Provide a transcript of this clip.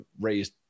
raised